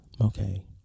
okay